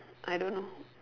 I don't know